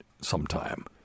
sometime